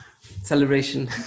Celebration